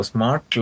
Smart